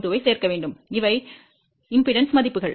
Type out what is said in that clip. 2 ஐ சேர்க்க வேண்டும் இவை மின்மறுப்பு மதிப்புகள்